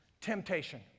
temptation